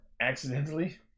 accidentally